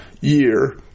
year